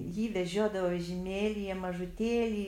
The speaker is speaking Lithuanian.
jį vežiodavo vežimėlyje mažutėlį